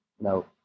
No